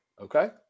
Okay